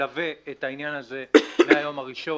שמלווה את העניין הזה מהיום הראשון,